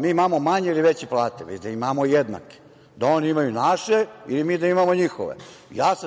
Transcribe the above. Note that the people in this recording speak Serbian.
mi imamo manje ili veće plate, nego da imamo jednake, da oni imaju naše ili mi da imamo njihove.